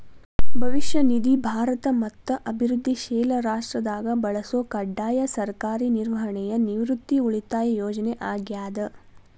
ಭವಿಷ್ಯ ನಿಧಿ ಭಾರತ ಮತ್ತ ಅಭಿವೃದ್ಧಿಶೇಲ ರಾಷ್ಟ್ರದಾಗ ಬಳಸೊ ಕಡ್ಡಾಯ ಸರ್ಕಾರಿ ನಿರ್ವಹಣೆಯ ನಿವೃತ್ತಿ ಉಳಿತಾಯ ಯೋಜನೆ ಆಗ್ಯಾದ